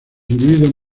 individuos